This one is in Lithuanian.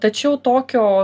tačiau tokio